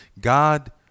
God